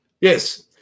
Yes